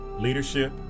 leadership